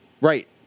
right